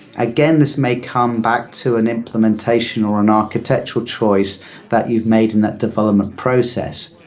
again, this may come back to an implementation or an architectural choice that you've made in that development process.